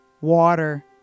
Water